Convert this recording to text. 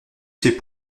ces